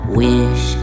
wish